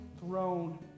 throne